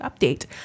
Update